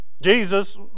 Jesus